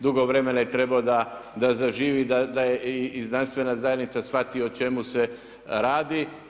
Dugo vremena je trebalo da zaživi, da i znanstvena zajednica shvati o čemu se radi.